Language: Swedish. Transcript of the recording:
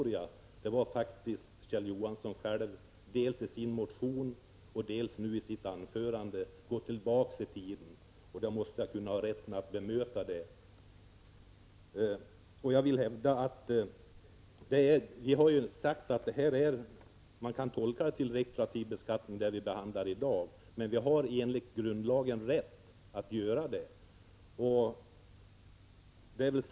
Men det är faktiskt Kjell Johansson själv som dels i sin motion, dels i sitt anförande nu gått tillbaka i tiden. Då måste jag ha rätten att bemöta det. Vi har sagt att det beslut vi skall fatta i dag kan anses innebära en retroaktiv beskattning. Men vi har enligt grundlagen rätt att fatta ett sådant beslut.